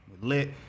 Lit